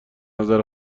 نظر